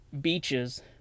beaches